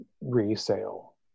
resale